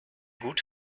gut